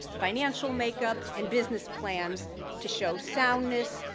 financial makeup and business plans to show soundness,